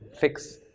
fix